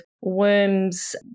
worms